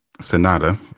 sonata